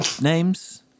names